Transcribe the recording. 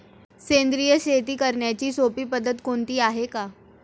सेंद्रिय शेती करण्याची सोपी पद्धत कोणती आहे का?